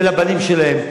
ולבנים שלהם,